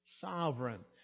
sovereign